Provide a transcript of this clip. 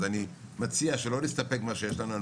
אז אני מציע שלא נסתפק רק במה שיש לנו.